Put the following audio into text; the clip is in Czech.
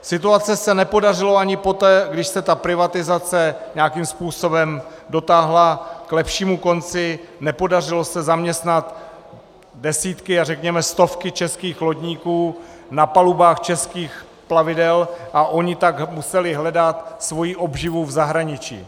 Situaci se nepodařilo ani poté, když se ta privatizace nějakým způsobem dotáhla k lepšímu konci, nepodařilo se zaměstnat desítky a řekněme stovky českých lodníků na palubách českých plavidel a oni tak museli hledat svoji obživu v zahraničí.